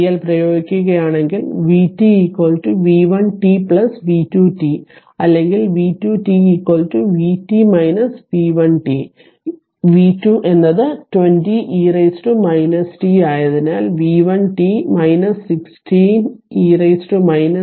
KVL പ്രയോഗിക്കുകയാണെങ്കിൽ vt v1 t v2 t അല്ലെങ്കിൽ v2 t vt v1 t v2 എന്നത് 20 e t ആയതിനാൽ v1t 16e t 20